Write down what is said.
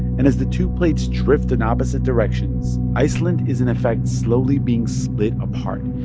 and as the two plates drift in opposite directions, iceland is in effect slowly being split apart,